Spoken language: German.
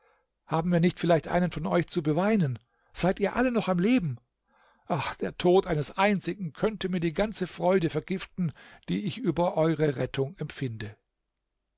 haben wir nicht vielleicht einen von euch zu beweinen seid ihr alle noch am leben ach der tod eines einzigen könnte mir die ganze freude vergiften die ich über eure rettung empfinde